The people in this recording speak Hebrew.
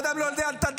הבן אדם לא יודע לתדלק,